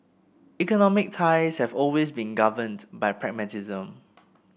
economic ties have always been governed by pragmatism